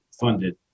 funded